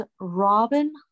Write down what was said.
Robin